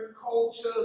cultures